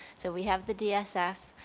so we have the dsf,